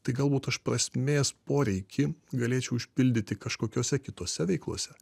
tai galbūt aš prasmės poreikį galėčiau išpildyti kažkokiose kitose veiklose